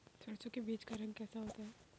सरसों के बीज का रंग कैसा होता है?